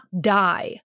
die